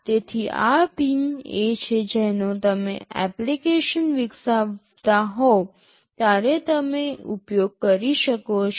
તેથી આ પિન એ છે જેનો જ્યારે તમે એપ્લિકેશન વિકસાવતા હોવ ત્યારે તમે ઉપયોગ કરી રહ્યાં છો